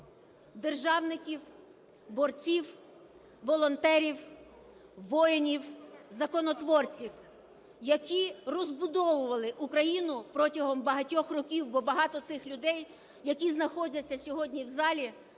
…державників, борців, волонтерів, воїнів, законотворців, які розбудовували Україну протягом багатьох років, бо багато цих людей, які знаходяться сьогодні в залі,